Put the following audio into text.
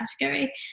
category